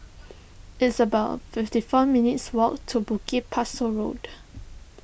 it's about fifty four minutes' walk to Bukit Pasoh Road